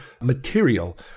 material